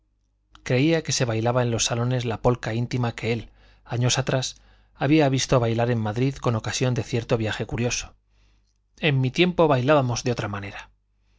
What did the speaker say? creía que se bailaba en los salones la polka íntima que él años atrás había visto bailar en madrid con ocasión de cierto viaje curioso en mi tiempo bailábamos de otra manera